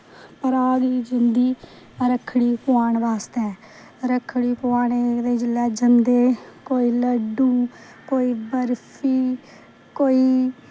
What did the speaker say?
भ्रा दे जंदी रक्खड़ी पुआन आस्तै रक्खड़ी पुआने गितै जिसलै जंदे कोई लड्डू कोई बर्फी कोई